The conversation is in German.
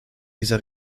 dieser